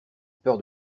peur